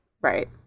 right